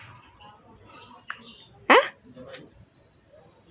!huh!